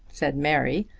said mary,